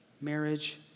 marriage